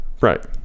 Right